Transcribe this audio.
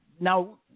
Now